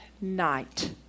night